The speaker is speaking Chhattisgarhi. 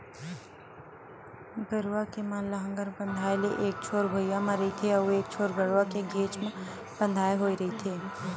गरूवा के म लांहगर बंधाय ले एक छोर भिंयाँ म रहिथे अउ एक छोर गरूवा के घेंच म बंधाय होय रहिथे